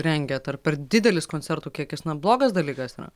rengiat ar per didelis koncertų kiekis na blogas dalykas yra